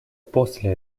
после